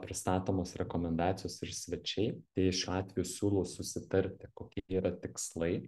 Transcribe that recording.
pristatomos rekomendacijos ir svečiai tai šiuo atveju siūlau susitarti kokie yra tikslai